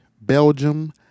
Belgium